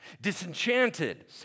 disenchanted